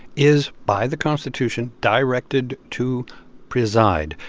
is by the constitution directed to preside,